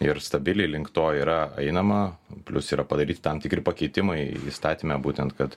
ir stabiliai link to yra einama plius yra padaryti tam tikri pakeitimai įstatyme būtent kad